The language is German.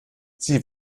sie